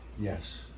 Yes